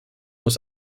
muss